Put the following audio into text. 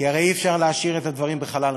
כי הרי אי-אפשר להשאיר את הדברים בחלל ריק.